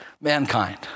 mankind